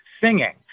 singing